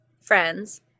friends